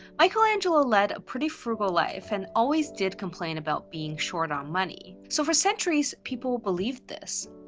michelangelo led a pretty frugal life and always did complain about being short on money. so for centuries people believed this.